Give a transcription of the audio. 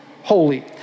holy